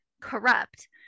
corrupt